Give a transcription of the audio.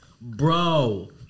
bro